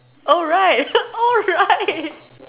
oh right oh right